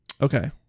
Okay